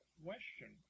question